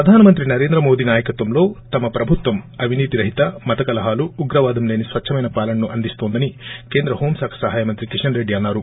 ప్రధాన మంత్రి నరేంద్రమోదీ న్యాయకత్వంలో తమ ప్రభుత్వం అవినీతి రహిత మతకలహాలు ఉగ్రవాదం లేని స్వచ్చమైన పాలనను అందిస్తోందని కేంద్ర హోం శాఖ సహాయ మంత్రి కిషన్ రెడ్లి అన్సారు